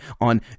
on